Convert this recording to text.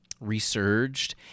resurged